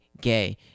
gay